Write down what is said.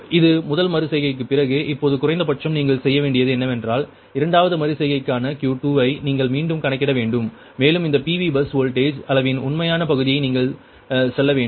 இது முதல் மறு செய்கைக்குப் பிறகு இப்போது குறைந்தபட்சம் நீங்கள் செய்ய வேண்டியது என்னவென்றால் இரண்டாவது மறு செய்கைக்கான Q2 ஐ நீங்கள் மீண்டும் கணக்கிட வேண்டும் மேலும் அந்த PV பஸ் வோல்டேஜ் அளவின் உண்மையான பகுதியை செய்ய நீங்கள் செல்ல வேண்டும்